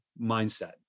mindset